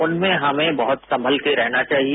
उनमें हमें बहुत ही संभल कर रहना चाहिए